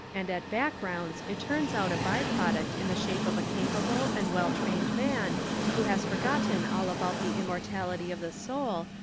and at back-rounds it turns out a bye-product in the shape of a capable and well trained man who has forgotten all about the immortality of the soul,